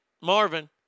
Marvin